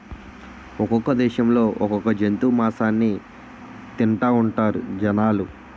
ఒక్కొక్క దేశంలో ఒక్కొక్క జంతువు మాసాన్ని తింతాఉంటారు జనాలు